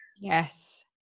Yes